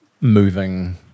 moving